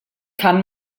kann